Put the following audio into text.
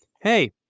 hey